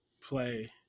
play